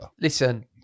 Listen